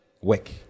Work